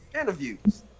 interviews